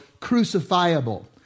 crucifiable